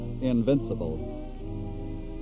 invincible